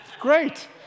Great